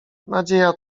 nadzieja